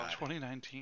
2019